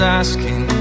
asking